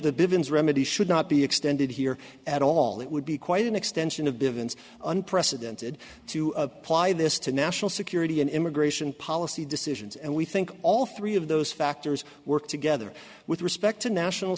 bivins remedy should not be extended here at all it would be quite an extension of bivins unprecedented to apply this to national security and immigration policy decisions and we think all three of those factors work together with respect to national